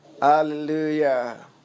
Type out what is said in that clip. Hallelujah